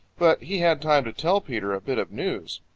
but he had time to tell peter a bit of news.